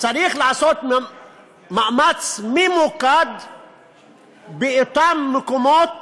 צריך לעשות מאמץ ממוקד באותם מקומות